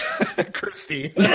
Christy